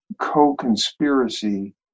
co-conspiracy